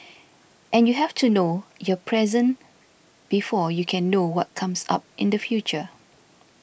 and you have to know your present before you can know what comes up in the future